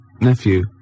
nephew